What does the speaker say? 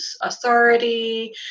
authority